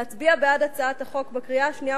להצביע בעד הצעת החוק בקריאה השנייה